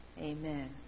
Amen